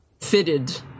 fitted